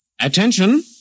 Attention